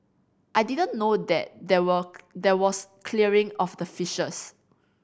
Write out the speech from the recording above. I didn't know that there were there was clearing of the fishes